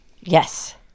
Yes